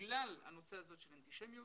בגלל הנושא הזה של אנטישמיות